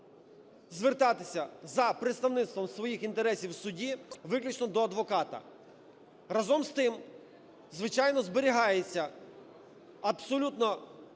звертатися за представництвом своїх інтересів в суді виключно до адвоката. Разом з тим, звичайно, зберігається абсолютно